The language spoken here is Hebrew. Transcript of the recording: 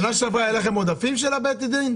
בשנה שעברה היו לכם עודפים של בית הדין?